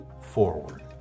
forward